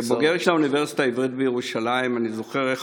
כבוגר של האוניברסיטה העברית בירושלים אני זוכר איך